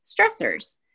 stressors